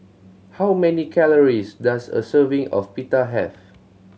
how many calories does a serving of Pita have